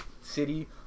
city